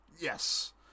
Yes